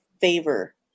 favor